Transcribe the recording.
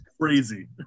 crazy